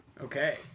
Okay